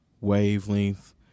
wavelength